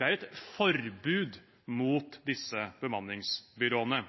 er et forbud mot disse bemanningsbyråene.